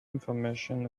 information